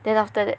then after that